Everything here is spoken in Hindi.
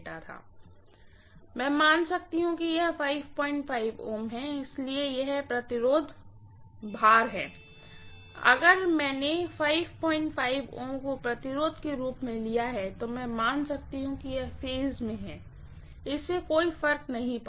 प्रोफेसर मैं मान सकती हूँ कि यह Ω है इसलिए यह रेजिस्टेंस भार है अगर मैंने Ω को रेजिस्टेंस के रूप में लिया है तो मैं मान सकती हूँ कि यह फेज में है इससे कोई फर्क नहीं पड़ता